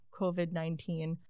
COVID-19